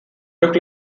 looked